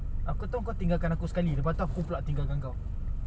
aku tong kau tinggalkan aku sekali lepas tu aku pula tinggalkan kau